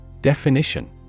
Definition